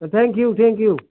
thank you thank you